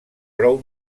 prou